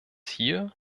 hier